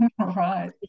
Right